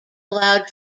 allowed